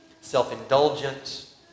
self-indulgence